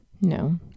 No